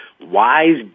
Wise